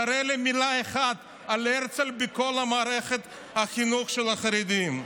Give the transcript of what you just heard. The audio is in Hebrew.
תראה לי מילה אחת על הרצל בכל מערכת החינוך של החרדים.